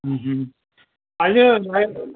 അതിന്